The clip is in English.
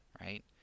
right